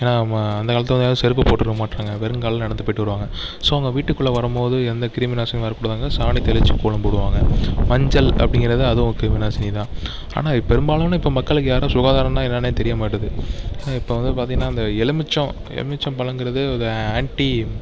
ஏன்னால் நம்ம அந்த காலத்தில் வந்து யாரும் செருப்பு போட்டிருக்க மாட்டறாங்க வெறுங்காலில் நடந்து போய்விட்டு வருவாங்க ஸோ அங்கே வீட்டுக்குள்ளே வரும்போது எந்த கிருமிநாசினியும் வரக்கூடாதுன்னு சாணி தெளித்து கோலம் போடுவாங்க மஞ்சள் அப்படிங்குறது அதுவும் ஒரு கிருமிநாசினி தான் ஆனால் பெரும்பாலான இப்போ மக்களுக்கு யாருக்கும் சுகாதாரம்ன்னால் என்னன்னே தெரியமாட்டுது இப்போ வந்து பார்த்திங்கன்னா அந்த எலுமிச்சம் எலுமிச்சம் பழங்கிறதே ஒரு ஆன்ட்டி